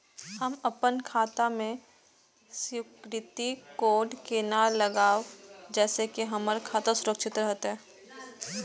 हम अपन खाता में सिक्युरिटी कोड केना लगाव जैसे के हमर खाता सुरक्षित रहैत?